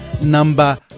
number